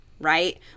right